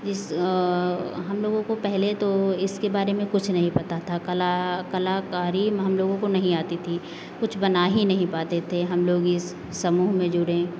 जिस हम लोगों को पहले तो इसके बारे में कुछ नहीं पता था कला कलाकारी हम लोगों को नहीं आती थी कुछ बना ही नहीं पाते थे हम लोग इस समूह में जुड़े